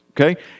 Okay